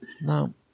No